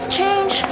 change